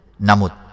Namut